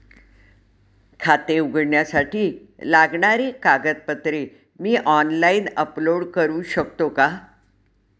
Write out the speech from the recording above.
खाते उघडण्यासाठी लागणारी कागदपत्रे मी ऑनलाइन अपलोड करू शकतो का?